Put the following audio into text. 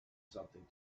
something